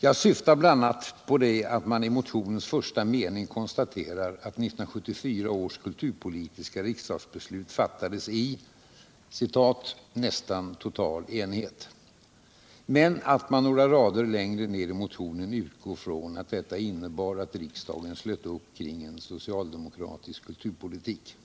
Jag syftar bl.a. på att man i motionens första mening konstaterar att 1974 års kulturpolitiska riksdagsbeslut fattades i ”nästan total enighet”. men att man några rader längre ned utgår från att detta innebar att riksdagen slöt upp kring en socialdemokratisk kulturpolitik.